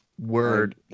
Word